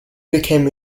became